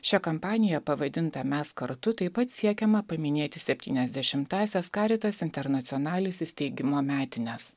šia kampanija pavadinta mes kartu taip pat siekiama paminėti septyniasdešimtąsias karitas internacionalis įsteigimo metines